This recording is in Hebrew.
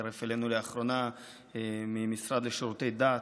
שהצטרף אלינו לאחרונה מהמשרד לשירותי דת,